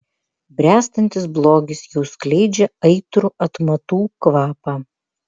bręstantis blogis jau skleidžia aitrų atmatų kvapą